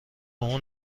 اون